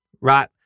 right